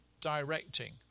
directing